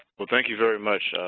well, thank you very much,